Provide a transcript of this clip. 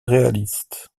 réaliste